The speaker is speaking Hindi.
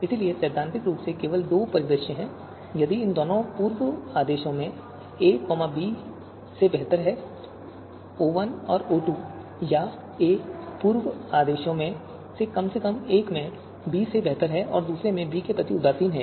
इसलिए यदि सैद्धांतिक रूप से केवल दो परिदृश्य हैं यदि दोनों पूर्व आदेशों में a b से बेहतर है O1 और O2 या a पूर्व आदेशों में से कम से कम एक में b से बेहतर है और दूसरे में b के संबंध में उदासीन है